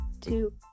two